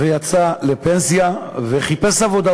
יצא לפנסיה וחיפש עבודה.